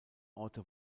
orte